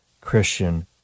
Christian